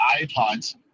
iPods